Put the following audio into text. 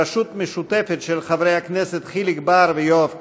בראשות משותפת של חברי הכנסת חיליק בר ויואב קיש,